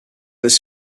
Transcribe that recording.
was